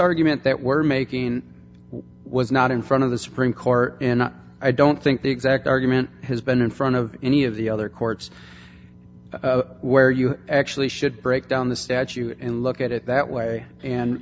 argument that were making was not in front of the supreme court and i don't think the exact argument has been in front of any of the other courts where you actually should break down the statute and look at it that way and